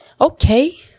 okay